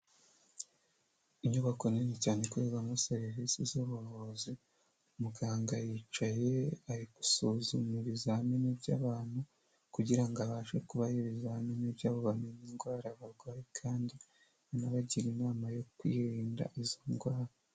Inyubako nini cyane ikorerwamo serivisi z'ubuvuzi, muganga yicaye ari gusuzuma ibizamini by'abantu, kugirango abashe kubaha ibizamini byabo bamenya indwara barwaye, kandi anabagira inama yo kwirinda izo ndwara.